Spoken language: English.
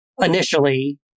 initially